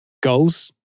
Goals